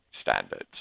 standards